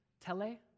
tele